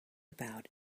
about